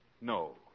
No